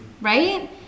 Right